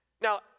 Now